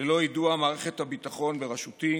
ללא יידוע מערכת הביטחון בראשותי